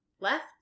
left